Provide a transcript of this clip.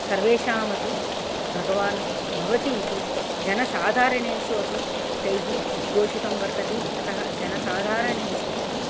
सर्वेषामपि भगवान् भवति इति जनसाधारणेषु अपि तैः उद्घोषितं वर्तते अतः जनसाधारणेषु